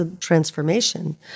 transformation